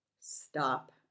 stop